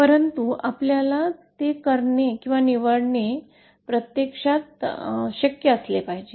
परंतु आपल्याला ते करणे प्रत्यक्षात शक्य असले पाहिजे